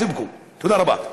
(אומר בערבית: אללה יבוא איתכם חשבון.) תודה רבה.